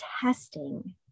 testing